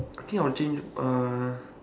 okay I will change uh